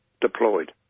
deployed